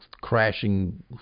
crashing